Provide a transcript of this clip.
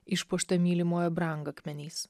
išpuoštą mylimojo brangakmeniais